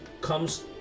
comes